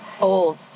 Old